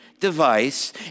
device